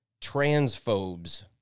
transphobes